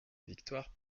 victoire